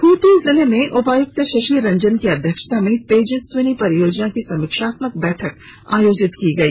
खूंटी जिले में उपायुक्त शशि रंजन की अध्यक्षता में तेजस्विनी परियोजना की समीक्षात्मक बैठक आयोजित की गई